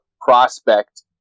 prospect